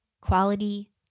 quality